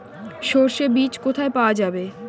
সর্ষে বিজ কোথায় পাওয়া যাবে?